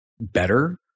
better